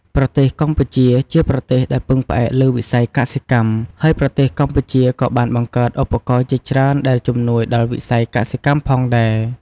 ប្រទេសកម្ពុជា ជាប្រទេសដែលពឹងផ្អែកលើវិស័យកសិកម្ម ហើយប្រទេសកម្ពុជាក៏បានបង្កើតឧបករណ៍ជាច្រើនដែលជំនួយដល់វិស័យកសិកម្មផងដែរ។